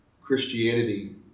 Christianity